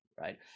right